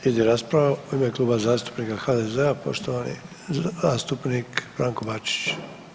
Slijedi rasprava u ime Kluba zastupnika HDZ-a poštovani zastupnik Branko Bačić.